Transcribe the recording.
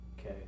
Okay